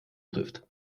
trifft